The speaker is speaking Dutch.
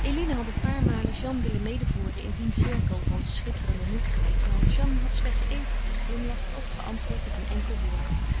eline had een paar malen jeanne willen medevoeren in dien cirkel van schitterende nietigheid maar jeanne had slechts even geglimlacht of geantwoord met een enkel woord